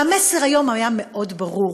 והמסר היום היה מאוד ברור,